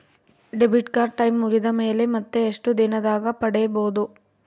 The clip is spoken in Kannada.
ಡೆಬಿಟ್ ಕಾರ್ಡ್ ಟೈಂ ಮುಗಿದ ಮೇಲೆ ಮತ್ತೆ ಎಷ್ಟು ದಿನದಾಗ ಪಡೇಬೋದು?